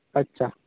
అచ్చ